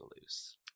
loose